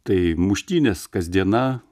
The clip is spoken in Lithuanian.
tai muštynės kasdiena